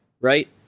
right